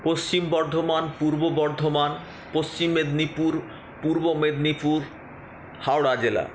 পশ্চিম বর্ধমান পূর্ব বর্ধমান পশ্চিম মেদিনীপুর পূর্ব মেদিনীপুর হাওড়া জেলা